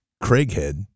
Craighead